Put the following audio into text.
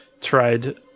tried